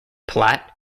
platte